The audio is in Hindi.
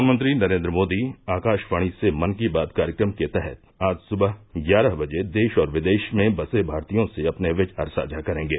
प्रधानमंत्री नरेन्द्र मोदी आकाशवाणी से मन की बात कार्यक्रम के तहत आज सुबह ग्यारह बजे देश और विदेश में बसे भारतीयों से अपने विचार साझा करेंगे